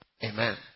Amen